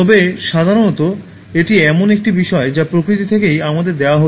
তবে সাধারণত এটি এমন একটি বিষয় যা প্রকৃতি থেকেই আমাদের দেওয়া হচ্ছে